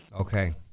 Okay